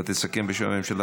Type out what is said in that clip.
אתה תסכם בשם הממשלה?